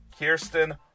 Kirsten